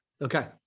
Okay